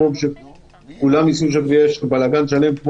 שכולם ייסעו לשם ויהיה בלגאן שלם.